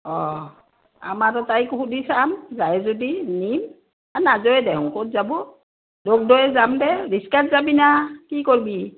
অঁ আমাৰো তাইক সুধি চাম যায় যদি নিম নাযায় দেহো ক'ত যাব